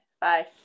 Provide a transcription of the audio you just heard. Bye